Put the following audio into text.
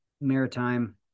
maritime